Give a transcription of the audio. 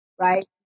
Right